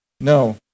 No